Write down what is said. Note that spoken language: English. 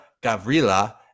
Gavrila